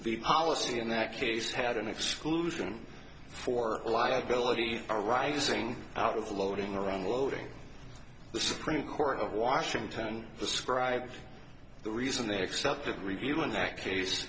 policy in that case had an exclusion for liability arising out of loading around the loading the supreme court of washington described the reason they accepted review in that case